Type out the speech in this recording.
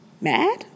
mad